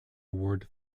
award